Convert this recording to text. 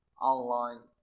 online